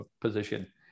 position